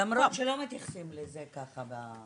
למרות שלא מתייחסים לזה ככה.